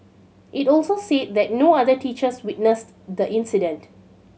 it also said that no other teachers witnessed the incident